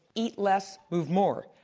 eat less, move more.